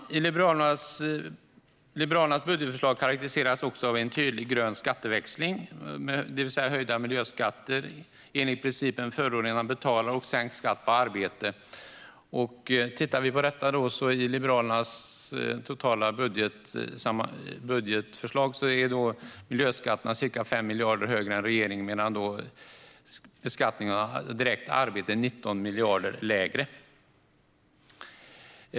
Liberalernas budgetförslag karakteriseras också av en tydlig grön skatteväxling, det vill säga höjda miljöskatter enligt principen att förorenaren betalar och sänkt skatt på arbete. I Liberalernas totala budgetförslag är miljöskatterna ca 5 miljarder högre än regeringens, och beskattning av arbete är 19 miljarder lägre.